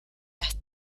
las